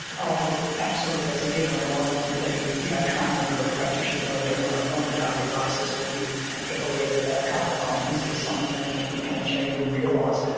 ah look, absolutely, that's a given, otherwise i wouldn't be you know training the number of practitioners that i do on ah on a daily basis. we have to believe that that cultural competency is something that people can achieve and realise.